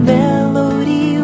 melody